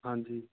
ਹਾਂਜੀ